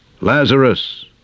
Lazarus